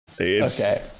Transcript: Okay